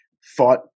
fought